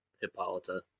Hippolyta